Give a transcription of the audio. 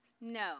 No